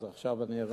אז עכשיו אני הבנתי,